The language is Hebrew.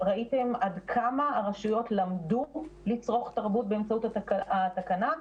ראיתם עד כמה הרשויות למדו לצרוך תרבות באמצעות התקנה,